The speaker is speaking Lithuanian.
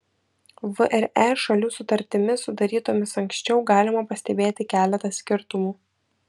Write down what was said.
vre šalių sutartimis sudarytomis anksčiau galima pastebėti keletą skirtumų